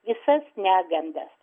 visas negandas